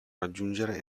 raggiungere